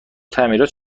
تعمیرات